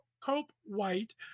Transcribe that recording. Cope-White